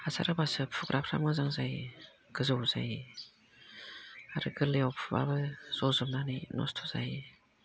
हासार होबासो फुग्राफ्रा मोजां जायो गोजौ जायो आरो गोरलैयाव फुबाबो जजोबनानै नस्थ' जायो